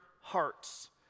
hearts